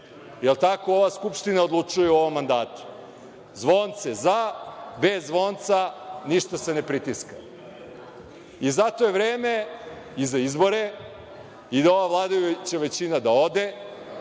jer tako ova Skupština odlučuje u ovom mandatu. Zvonce – za, bez zvonca – ništa se ne pritiska. Zato je vreme i za izbore i ova vladajuća većina da ode,